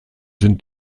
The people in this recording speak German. sind